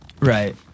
Right